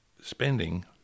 spending